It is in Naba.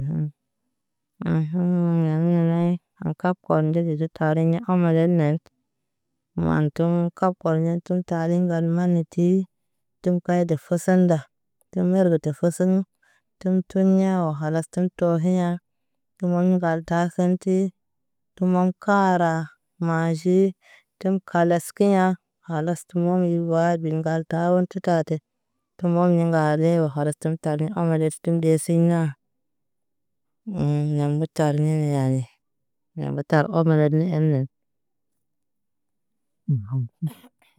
A̰ aŋ hə m lamla laye aŋ ka kuwar di deɟe tari ɲɛ a ma lɛ lɛn. Maan toŋ kaw kɔl ɲɛŋ toŋ tari lɛ ŋgal ma ni ti. ɟim kayerde de foseŋ nda ti ɲerge ti foseŋ. Tətum ɲaa o wa kalas tum tɔhi ɲaa ŋon li ŋgal da ɦan ti. Tu noŋ kaara majik təm kalas ki ɲaa kalas tu waŋi wa bi ŋgal ta wan tu ta tɛ. Tum mɔɲɛ ŋalɛ o wa kalas tum tari le ɔlɛ gɛsiŋ ɲaa. Ḭ ɲam gə tar le gə ya iɲɛ nɛ iɲam gə tar ɔbɛ nɛ admɛ ɛn nɛn.